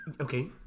Okay